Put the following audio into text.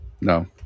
No